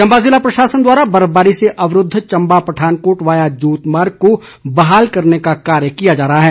चंबा जिला प्रशासन द्वारा बर्फबारी से अवरूद्ध चंबा पठानकोट वाया जोत मार्ग को बहाल करने का कार्य किया जा रहा है